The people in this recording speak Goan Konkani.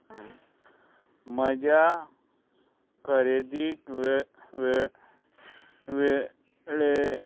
म्हज्या खरेदीक वे वेळे